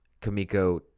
Kamiko